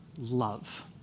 love